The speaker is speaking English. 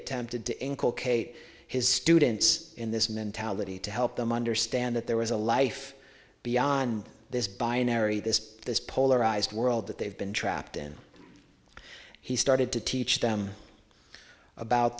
attempted to inculcate his students in this mentality to help them understand that there was a life beyond this by unary this this polarized world that they've been trapped in he started to teach them about